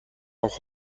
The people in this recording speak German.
auch